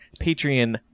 patreon